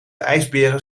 ijsberen